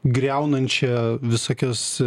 griaunančią visokias